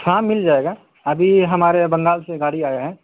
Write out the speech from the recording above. ہاں مل جائے گا ابھی ہمارے بنگال سے گاڑی آیا ہے